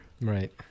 Right